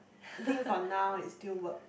I think from now is do what